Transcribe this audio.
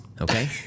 okay